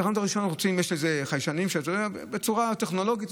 בתחנות הראשונות יש חיישנים בצורה טכנולוגית,